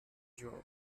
your